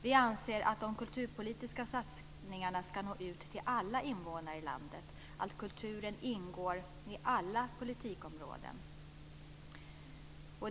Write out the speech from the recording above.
Vi anser att de kulturpolitiska satsningarna ska nå ut till alla invånare i landet, att kulturen ingår i alla politikområden.